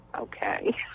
okay